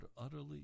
utterly